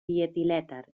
dietilèter